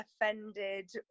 offended